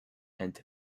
and